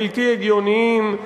בלתי הגיוניים,